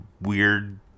weird